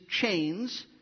chains